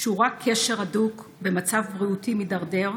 קשורה בקשר הדוק במצב בריאותי מידרדר,